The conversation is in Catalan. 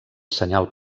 senyal